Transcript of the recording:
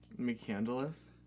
McCandless